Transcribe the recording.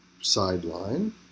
sideline